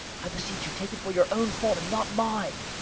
i beseech you take it for your owne fault, and not mine